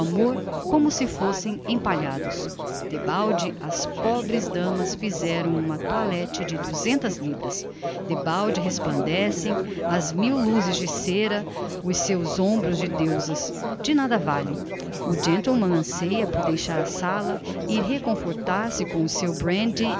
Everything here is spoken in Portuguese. amor como se fossem empalhados debalde as pobres damas fizeram uma toilette de duzentas libras debalde resplandecem ás mil luzes de cêra os seus hombros de deusas de nada valle o gentleman anceia por deixar a sala ir reconfortar se com o seu brandy